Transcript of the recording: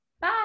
Bye